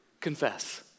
Confess